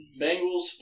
Bengals